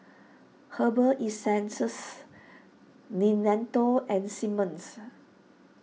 Herbal Essences Nintendo and Simmons